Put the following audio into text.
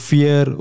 Fear